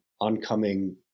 oncoming